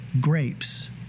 grapes